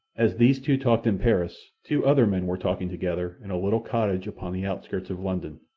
as these two talked in paris, two other men were talking together in a little cottage upon the outskirts of london.